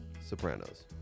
sopranos